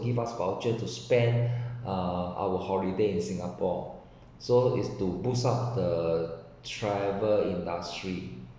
give us voucher to spend uh our holiday in singapore so is to boost up the travel industry